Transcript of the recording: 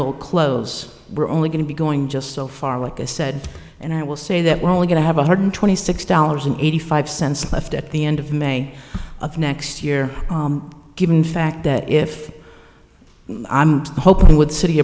will close we're only going to be going just so far like i said and i will say that we're only going to have one hundred twenty six dollars and eighty five cents left at the end of may of next year given the fact that if i'm hoping with city